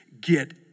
get